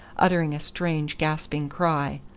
uttering a strange gasping cry.